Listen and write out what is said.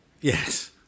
Yes